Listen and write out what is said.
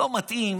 "לא מתאים"